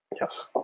Yes